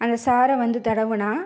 அந்த சாற்ற வந்து தடவினா